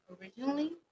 originally